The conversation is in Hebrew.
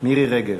מירי רגב.